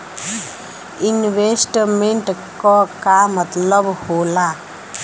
Investment क का मतलब हो ला?